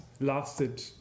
lasted